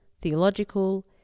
theological